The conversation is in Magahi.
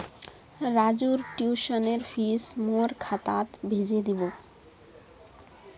राजूर ट्यूशनेर फीस मोर खातात भेजे दीबो